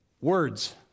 Words